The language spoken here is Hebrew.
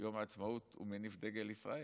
שביום העצמאות הוא מניף דגל ישראל.